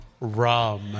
Rum